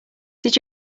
did